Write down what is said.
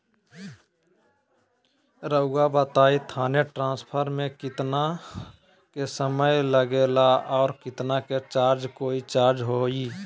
रहुआ बताएं थाने ट्रांसफर में कितना के समय लेगेला और कितना के चार्ज कोई चार्ज होई?